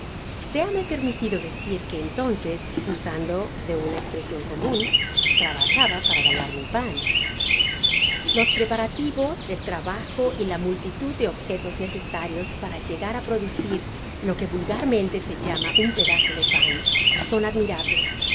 séam permitido decir que entonces usando de una presion comun trabajaba para ganar mi pan los preparativos el trabajo y la multitud de objetes necesarios para llegar á producir lo que vulgarmente se llama un pedazo de pan son admirables